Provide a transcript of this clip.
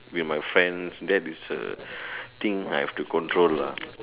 with my friends that is the thing I have to control lah